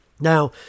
Now